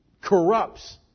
corrupts